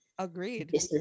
Agreed